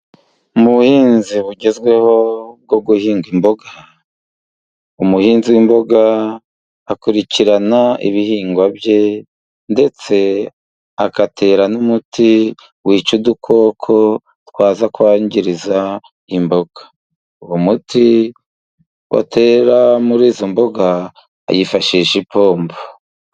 Mu buhinzi bugezweho bwo guhinga imboga. Umuhinzi w'imboga akurikirana ibihingwa bye ndetse agatera n'umuti wica udukoko twaza kwangiriza imboga. Uwo muti atera muri izo mboga, yifashisha ipombo.